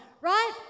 Right